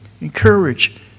Encourage